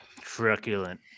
Truculent